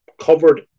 covered